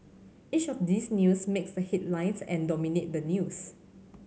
each of these news makes the headlines and dominate the news